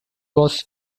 was